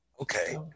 Okay